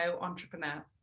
entrepreneur